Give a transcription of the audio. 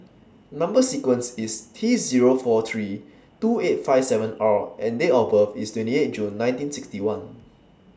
Number sequence IS T Zero four three two eight five seven R and Date of birth IS twenty eight June nineteen sixty one